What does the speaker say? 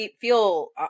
feel